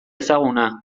ezaguna